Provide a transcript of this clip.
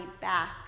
back